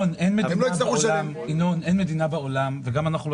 הם לא יצטרכו לשלם --- ינון אין מדינה בעולם וגם אנחנו לא